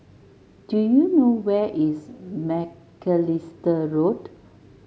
do you know where is Macalister Road